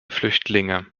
flüchtlinge